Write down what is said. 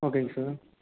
ஓகேங்க சார்